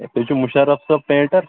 ہَے تُہۍ چھِو مُشَرف صٲب پینٚٹر